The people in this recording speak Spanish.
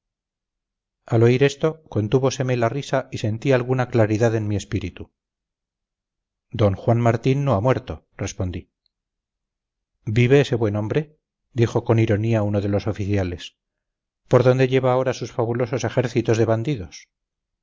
al oír esto contúvoseme la risa y sentí alguna claridad en mi espíritu d juan martín no ha muerto respondí vive ese buen hombre dijo con ironía uno de los oficiales por dónde lleva ahora sus fabulosos ejércitos de bandidos